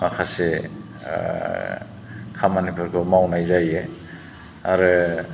माखासे खामानिफोरखौ मावनाय जायो आरो